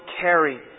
carry